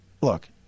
look